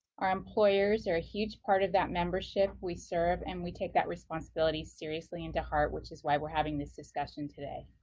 our employers are a huge part of that membership we serve and we take that responsibility seriously and to heart which is why we are having this discussion today.